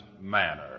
manner